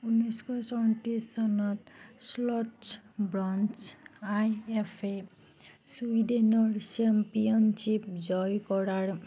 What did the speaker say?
ঊনৈছশ চৌত্ৰিছ চনত শ্লটছ ব্ৰনছ আই এফে ছুইডেনৰ চেম্পিয়নশ্বিপ জয় কৰাৰ